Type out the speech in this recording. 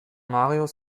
marius